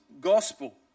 gospel